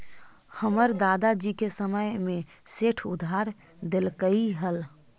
हमर दादा जी के समय में सेठ उधार देलकइ हल